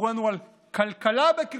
סיפרו לנו על כלכלה בקריסה,